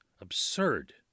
absurd